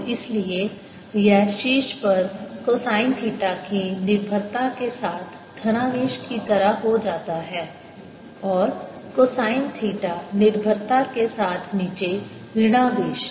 और इसलिए यह शीर्ष पर कोसाइन थीटा की निर्भरता के साथ धनावेश की तरह हो जाता है और कोसाइन थीटा निर्भरता के साथ नीचे ऋणावेश